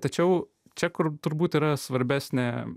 tačiau čia kur turbūt yra svarbesnė